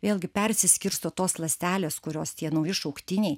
vėlgi persiskirsto tos ląstelės kurios tie nauji šauktiniai